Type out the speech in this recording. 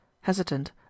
hesitant